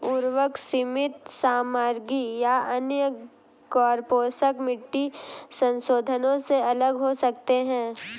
उर्वरक सीमित सामग्री या अन्य गैरपोषक मिट्टी संशोधनों से अलग हो सकते हैं